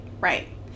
right